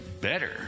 better